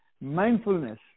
mindfulness